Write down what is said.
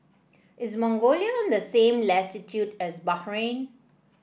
is Mongolia on the same latitude as Bahrain